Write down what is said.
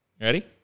Ready